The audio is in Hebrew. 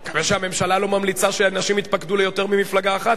אני מקווה שהממשלה לא ממליצה שאנשים יתפקדו ליותר ממפלגה אחת,